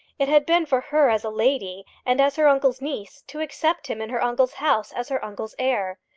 it had been for her as a lady, and as her uncle's niece, to accept him in her uncle's house as her uncle's heir.